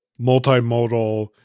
multimodal